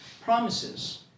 promises